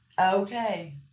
okay